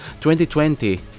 2020